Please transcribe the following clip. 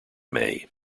may